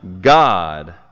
God